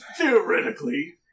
Theoretically